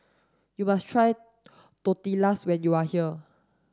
you must try Tortillas when you are here